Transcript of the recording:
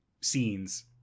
scenes